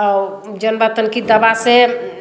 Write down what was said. और जनबातोन की दवा से